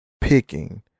Picking